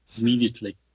immediately